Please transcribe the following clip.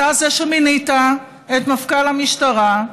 אתה זה שמינית את מפכ"ל המשטרה,